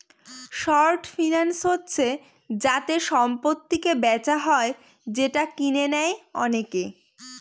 short finance হচ্ছে যাতে সম্পত্তিকে বেচা হয় যেটা কিনে নেয় অনেকে